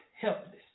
helpless